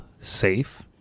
safe